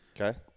Okay